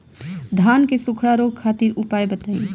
धान के सुखड़ा रोग खातिर उपाय बताई?